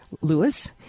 Lewis